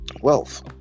wealth